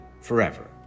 forever